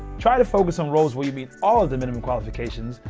try to focus on roles where you meet all of the minimum qualifications,